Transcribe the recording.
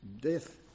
death